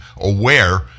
aware